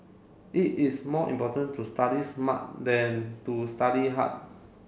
it is more important to study smart than to study hard